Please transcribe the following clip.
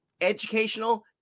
educational